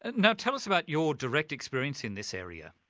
and now tell us about your direct experience in this area.